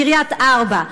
קריית ארבע,